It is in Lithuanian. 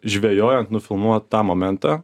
žvejojant nufilmuot tą momentą